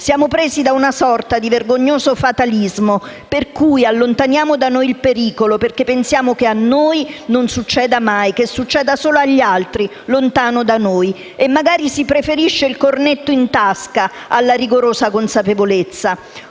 Siamo presi da una sorta di vergognoso fatalismo per cui allontaniamo da noi il pericolo, perché pensiamo che a noi non succeda mai, che succede solo agli altri, lontano da noi. E magari si preferisce il cornetto in tasca alla rigorosa consapevolezza.